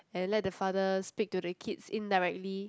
and let the father speak to the kids indirectly